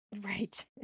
Right